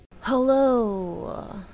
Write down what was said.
Hello